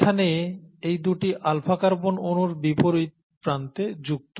এখানে এই দুটি আলফা কার্বন অনুর বিপরীত প্রান্তে যুক্ত